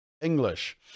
English